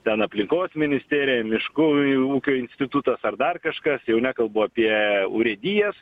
ten aplinkos ministerija miškų ūkio institutas ar dar kažkas jau nekalbu apie urėdijas